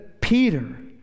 Peter